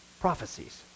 prophecies